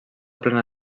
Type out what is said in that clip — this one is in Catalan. plena